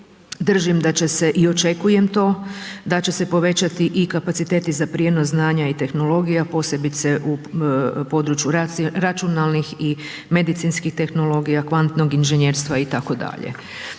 držim da će se i očekujem to da će se povećati i kapaciteti za prijenos znanja i tehnologije a posebice u području računalnih i medicinskih tehnologija, kvantnog inženjerstva itd..